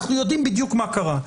אנחנו יודעים בדיוק מה קרה,